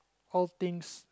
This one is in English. old things